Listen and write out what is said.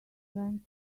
trying